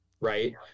Right